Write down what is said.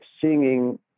singing